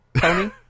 Tony